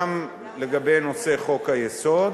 גם לגבי נושא חוק-היסוד